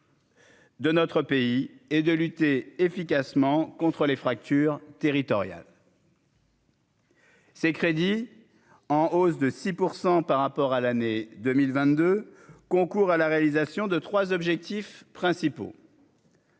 De notre pays et de lutter efficacement contre les fractures territoriales. Ces crédits en hausse de 6 % par rapport à l'année 2022 concourt à la réalisation de 3 objectifs principaux.